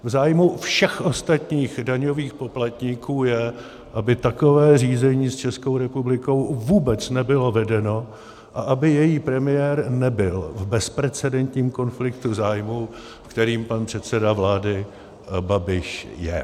V zájmu všech ostatních daňových poplatníků je, aby takové řízení s Českou republikou vůbec nebylo vedeno a aby její premiér nebyl v bezprecedentním konfliktu zájmů, v kterém pan předseda vlády Babiš je.